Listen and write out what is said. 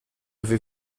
avez